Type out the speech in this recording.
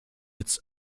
its